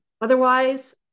Otherwise